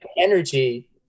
energy